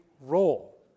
role